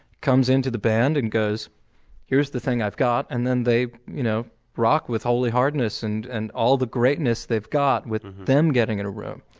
comes into the band and goes here's the thing i've got and then they you know rock with holy hardness and and all the greatness they've got with them getting in a room.